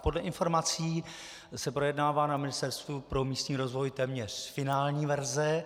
Podle informací se projednává na Ministerstvu pro místní rozvoj téměř finální verze.